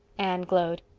anne glowed.